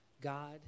God